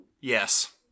Yes